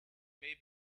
may